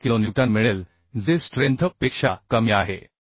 8 kilonewton मिळेल जे strength पेक्षा कमी आहे